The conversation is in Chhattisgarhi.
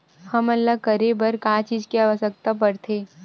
हमन ला करे बर का चीज के आवश्कता परथे?